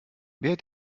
wer